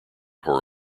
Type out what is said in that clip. horror